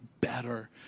better